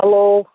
hello